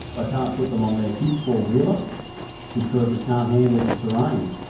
ah can't put them on the kids' four-wheeler because it can't handle the terrain.